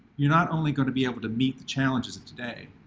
you're not only gonna be able to meet the challenges of today,